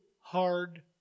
hard